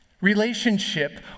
relationship